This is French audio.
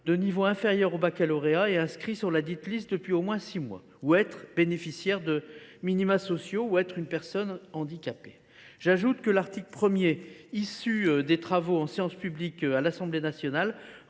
d’un niveau inférieur au baccalauréat et être inscrit sur cette liste depuis au moins six mois ; être bénéficiaire de minima sociaux ; enfin, être une personne handicapée. J’ajoute que l’article 1, dans sa rédaction issue des travaux en séance publique de l’Assemblée nationale,